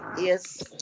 Yes